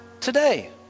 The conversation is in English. today